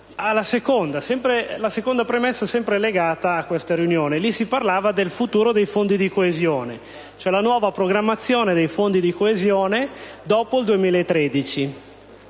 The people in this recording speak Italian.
considerazione sempre legata a questa riunione. In quella sede si parlava del futuro dei fondi di coesione, cioè la nuova programmazione dei fondi di coesione dopo il 2013.